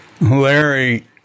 Larry